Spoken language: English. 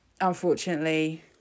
unfortunately